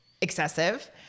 excessive